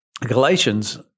Galatians